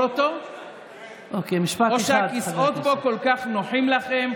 אותו או שהכיסאות בו כל כך נוחים לכם,